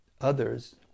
others